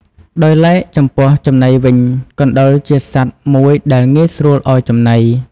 ដោយឡែកចំពោះចំណីវិញ កណ្តុរជាសត្វមួយដែលងាយស្រួលឱ្យចំណី។